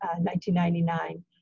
1999